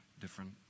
different